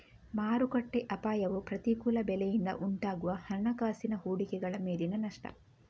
ಮಾರುಕಟ್ಟೆ ಅಪಾಯವು ಪ್ರತಿಕೂಲ ಬೆಲೆಯಿಂದ ಉಂಟಾಗುವ ಹಣಕಾಸಿನ ಹೂಡಿಕೆಗಳ ಮೇಲಿನ ನಷ್ಟ